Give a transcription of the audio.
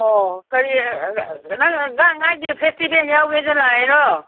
ꯑꯣ ꯀꯔꯤ ꯅꯪ ꯒꯥꯡ ꯉꯥꯏꯒꯤ ꯐꯦꯁꯇꯤꯕꯦꯜ ꯌꯥꯎꯒꯦꯅ ꯂꯥꯛꯏꯔꯣ